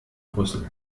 brüssel